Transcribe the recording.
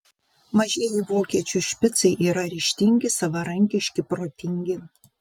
mažieji vokiečių špicai yra ryžtingi savarankiški protingi